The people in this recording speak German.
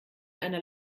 einer